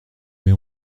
mais